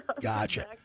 Gotcha